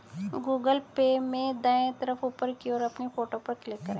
Google Pay में दाएं तरफ ऊपर की ओर अपनी फोटो पर क्लिक करें